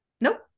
Nope